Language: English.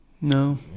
No